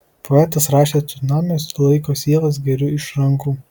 poetas rašė cunamiuos laiko sielas geriu iš rankų